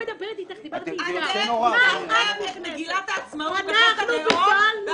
את מגילת העצמאות בחוק הלאום.